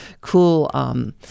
cool